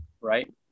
right